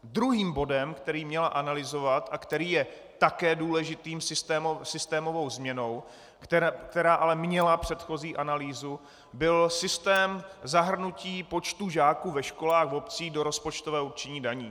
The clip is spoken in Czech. Druhým bodem, který měla analyzovat a který je také důležitou systémovou změnou, která ale měla předchozí analýzu, byl systém zahrnutí počtu žáků ve školách v obcích do rozpočtového určení daní.